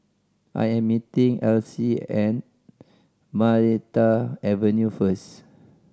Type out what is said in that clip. I am meeting Alcee and Maranta Avenue first